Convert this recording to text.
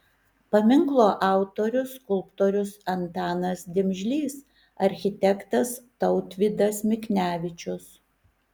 paminklo autorius skulptorius antanas dimžlys architektas tautvydas miknevičius